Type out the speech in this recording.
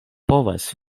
povas